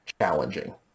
challenging